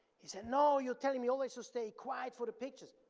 he said, no, you're telling me always to stay quiet for the pictures.